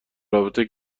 رابطه